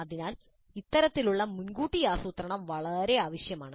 അതിനാൽ ഇത്തരത്തിലുള്ള മുൻകൂട്ടി ആസൂത്രണം വളരെ അത്യാവശ്യമാണ്